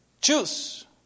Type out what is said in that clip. Choose